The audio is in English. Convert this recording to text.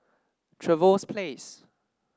Trevose Place